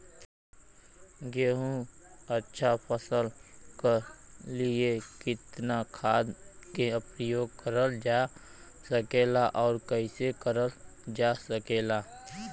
गेहूँक अच्छा फसल क लिए कितना खाद के प्रयोग करल जा सकेला और कैसे करल जा सकेला?